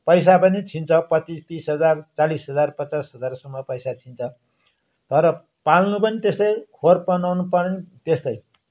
पैसा पनि छिन्छ पचिस तिस हजार चालिस हजार पचास हजारसम्म पैसा छिन्छ तर पाल्नु पनि त्यस्तै खोर बनाउनु पनि त्यस्तै